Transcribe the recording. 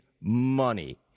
money